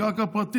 היא קרקע פרטית.